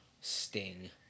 sting